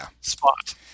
spot